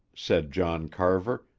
said john carver,